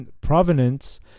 provenance